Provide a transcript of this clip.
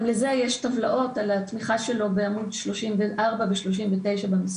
גם לזה יש טבלאות על התמיכה שלו בעמוד 34 ו-39 במסמך.